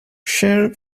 shear